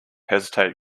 hesitate